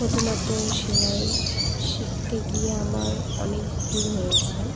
প্রথমত সেলাই শিখতে গিয়ে আমার অনেক ভুল হয়েছে